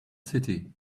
city